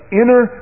inner